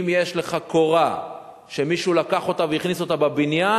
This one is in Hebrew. אם יש לך קורה שמישהו לקח אותה והכניס אותה בבניין,